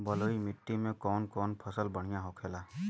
बलुई मिट्टी में कौन कौन फसल बढ़ियां होखेला?